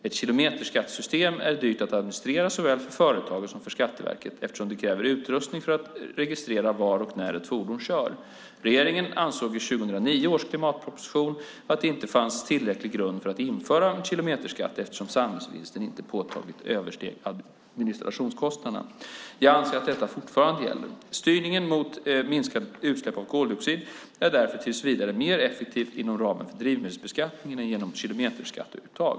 Ett kilometerskattesystem är dyrt att administrera såväl för företagen som för Skatteverket, eftersom det kräver utrustning för att registrera var och när ett fordon kör. Regeringen ansåg i 2009 års klimatproposition att det inte fanns tillräcklig grund för att införa en kilometerskatt eftersom samhällsvinsten inte påtagligt översteg administrationskostnaderna. Jag anser att detta fortfarande gäller. Styrningen mot minskade utsläpp av koldioxid är därför tills vidare mer effektiv inom ramen för drivmedelsbeskattningen än genom ett kilometerskatteuttag.